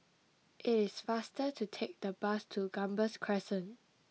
It is faster to take the bus to Gambas Crescent